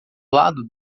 lado